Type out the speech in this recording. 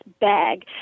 bag